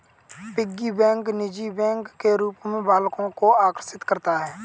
piggy bank निजी bank के रूप में बालकों को आकर्षित करता है